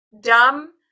Dumb